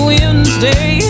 Wednesday